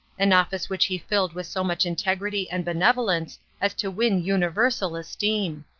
an office which he filled with so much integrity and benevolence as to win universal esteem.